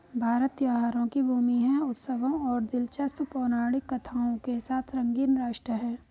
भारत त्योहारों की भूमि है, उत्सवों और दिलचस्प पौराणिक कथाओं के साथ रंगीन राष्ट्र है